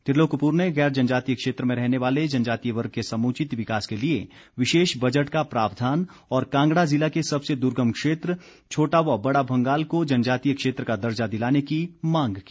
त्रिलोक कपूर ने गैर जनजातीय क्षेत्र में रहने वाले जनजातीय वर्ग के समुचित विकास के लिए विशेष बजट का प्रावधान और कांगड़ा जिला के सबसे दुर्गम क्षेत्र छोटा व बड़ा भंगाल को जनजातीय क्षेत्र का दर्जा दिलाने की मांग की